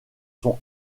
sont